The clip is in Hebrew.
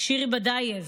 שירי בדרייב,